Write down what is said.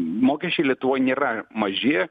mokesčiai lietuvoj nėra maži